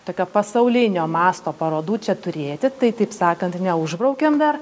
tokio pasaulinio masto parodų čia turėti tai taip sakant neužbraukiam dar